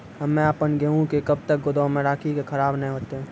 हम्मे आपन गेहूँ के कब तक गोदाम मे राखी कि खराब न हते?